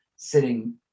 sitting